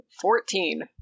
Fourteen